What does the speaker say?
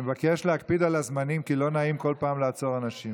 אם תישארי בחיים אולי.